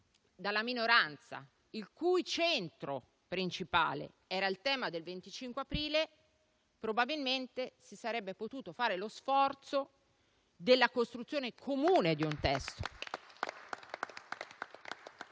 dalla minoranza, il cui centro principale era il tema del 25 aprile, probabilmente si sarebbe potuto fare lo sforzo della costruzione comune di un testo.